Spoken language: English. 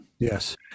Yes